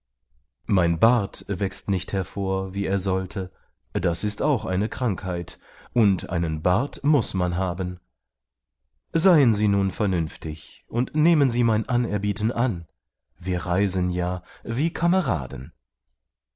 mein bart wächst nicht hervor wie er sollte das ist auch eine krankheit und einen bart muß man haben seien sie nun vernüftig und nehmen sie mein anerbieten an wir reisen ja wie kameraden